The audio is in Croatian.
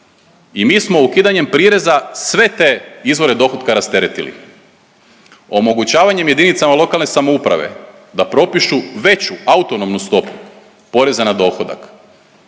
i mi smo ukidanjem prireza sve te izvore dohotka rasteretili omogućavanjem JLS da propišu veću autonomnu stopu poreza na dohodak.